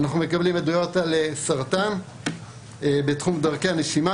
אנחנו מקבלים עדויות על סרטן ומחלות בדרכי הנשימה,